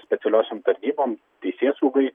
specialiosiom tarnybom teisėsaugai